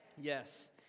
Yes